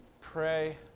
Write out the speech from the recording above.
pray